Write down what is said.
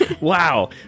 Wow